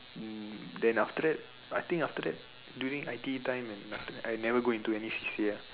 um then after that I think after that during I_T_E time and after that I never go into any C_C_A ah